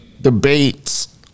debates